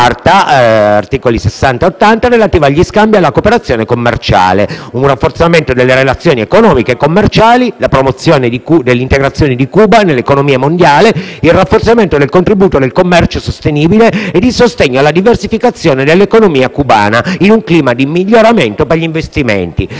parte IV (articoli da 60 a 80), relativa agli scambi e alla cooperazione commerciale, prefiggendosi in particolare il rafforzamento delle relazioni economiche e commerciali, la promozione dell'integrazione di Cuba nell'economia mondiale, il rafforzamento del contributo del commercio sostenibile e il sostegno alla diversificazione dell'economia cubana, in un clima di miglioramento per gli investimenti.